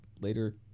later